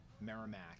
Merrimack